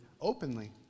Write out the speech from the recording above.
openly